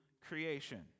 creation